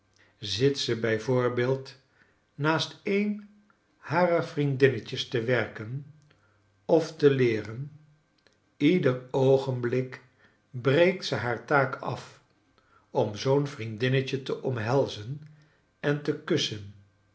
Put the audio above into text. zit ze bij voorbeeld naast een harer vriendinnetjes te werken of te leeren ieder oogenblik breekt ze haar taak af om zoo'n vriendinnetje te omhelzen en te kussen